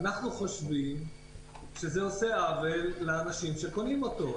אנחנו חושבים שזה עושה עוול לאנשים שקונים אותו.